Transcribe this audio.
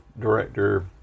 director